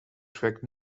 track